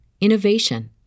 innovation